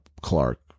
Clark